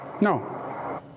no